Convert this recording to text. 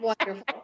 wonderful